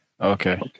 Okay